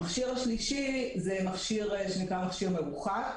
המכשיר השלישי נקרא "מכשיר מרוחק".